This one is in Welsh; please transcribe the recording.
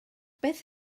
beth